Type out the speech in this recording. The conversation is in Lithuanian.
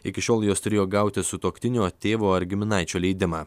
iki šiol jos turėjo gauti sutuoktinio tėvo ar giminaičio leidimą